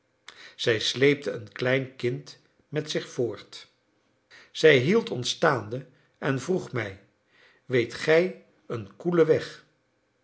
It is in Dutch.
zij sleepte een klein kind met zich voort zij hield ons staande en vroeg mij weet gij een koelen weg